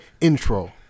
intro